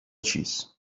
چیز